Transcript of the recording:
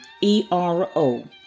E-R-O